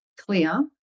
clear